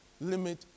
limit